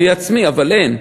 לי עצמי, אבל אין.